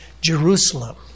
Jerusalem